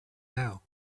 now